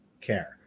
care